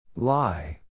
Lie